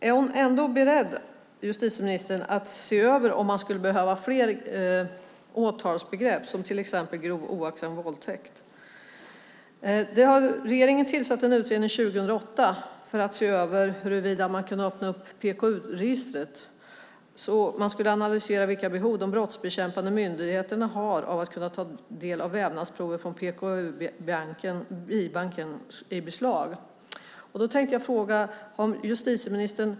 Är justitieministern beredd att se över om det behövs fler åtalsbegrepp som till exempel grov oaktsam våldtäkt? Regeringen tillsatte en utredning 2008 som skulle se över huruvida man kunde öppna upp PKU-registret. Utredningen skulle analysera vilka behov de brottsbekämpande myndigheterna har av att kunna ta vävnadsprover från biobanken i beslag.